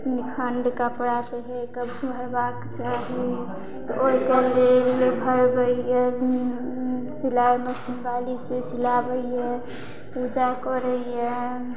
निक कपड़ा दै हइ कभी भरबाक चाही तऽ ओहिके लेल भरबैया सिलाइ मशीन बाली से सिलाबैया पूजा करैया